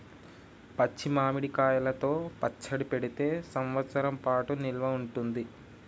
పచ్చి మామిడి కాయలతో పచ్చడి పెడితే సంవత్సరం పాటు నిల్వ ఉంటది